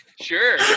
sure